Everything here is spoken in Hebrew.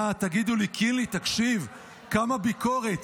תגידו לי: קינלי, תקשיב, כמה ביקורת.